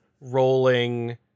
rolling